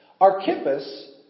Archippus